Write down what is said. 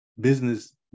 business